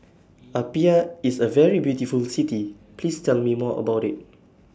Apia IS A very beautiful City Please Tell Me More about IT